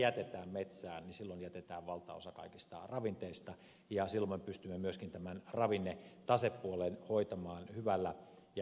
jätetään metsään niin silloin jätetään valtaosa kaikista ravinteista ja silloin me pystymme myöskin tämän ravinnetasepuolen hoitamaan hyvällä ja kestävällä tavalla